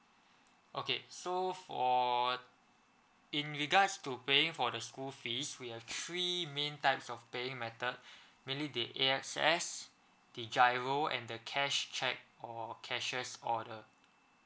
okay so for in regards to paying for the school fees we have three main types of paying method mainly the air access the giro and the cash cheque or cashier's order